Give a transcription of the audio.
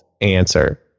answer